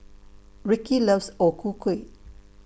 Ricky loves O Ku Kueh